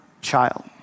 child